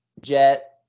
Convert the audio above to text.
Jet